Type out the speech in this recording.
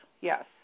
yes